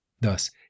Thus